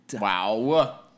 Wow